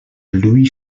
louis